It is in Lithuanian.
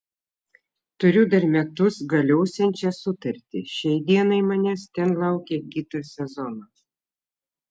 turiu dar metus galiosiančią sutartį šiai dienai manęs ten laukia kitą sezoną